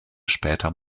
später